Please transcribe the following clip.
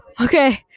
Okay